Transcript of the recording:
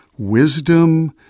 wisdom